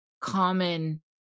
common